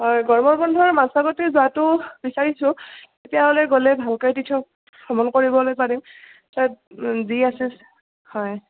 হয় গৰমৰ বন্ধৰ মাজভাগতে যোৱাটো বিচাৰিছোঁ তেতিয়াহ'লে গ'লে ভালকৈ তীৰ্থ ভ্ৰমণ কৰিবলৈ পাৰিম তাত যি আছে হয়